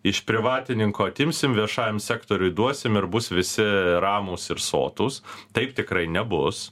iš privatininko atimsim viešajam sektoriui duosim ir bus visi ramūs ir sotūs taip tikrai nebus